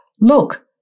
look